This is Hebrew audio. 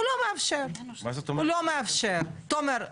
הוא לא מאפשר תומר,